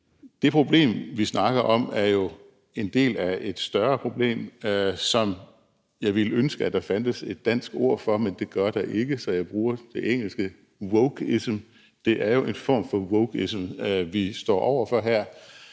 Det problem, vi snakker om, er jo en del af et større problem, som jeg ville ønske at der fandtes et dansk ord for, men det gør der ikke, så jeg bruger det engelske: wokeism. Det er jo en form for wokeism, vi står over for her.